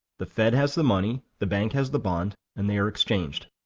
the fed has the money, the bank has the bond. and they are exchanged.